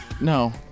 no